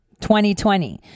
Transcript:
2020